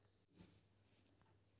नाचणीसाठी कोणती माती लागते?